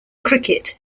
cricket